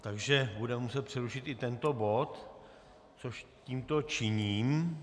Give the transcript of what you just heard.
Takže budeme muset přerušit i tento bod, což tímto činím.